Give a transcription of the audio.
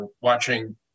watching